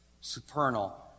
supernal